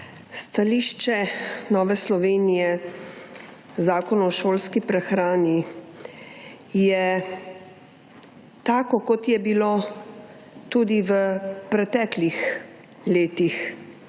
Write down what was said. Stališče Nove Slovenije o zakonu o šolski prehrani je tako, kot je bilo tudi v preteklih letih.